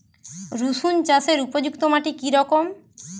রুসুন চাষের উপযুক্ত মাটি কি রকম?